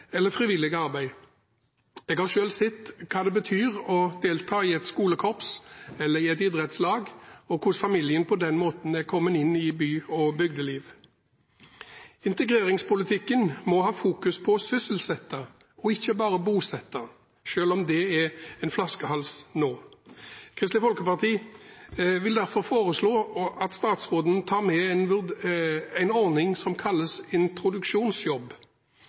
eller frivillig arbeid. Jeg har selv sett hva det betyr å delta i et skolekorps eller i et idrettslag, og hvordan familien på den måten er kommet inn i by- og bygdeliv. Integreringspolitikken må legge vekt på å sysselsette, ikke bare bosette, selv om det er en flaskehals nå. Kristelig Folkeparti vil derfor foreslå at statsråden oppretter en ordning som kalles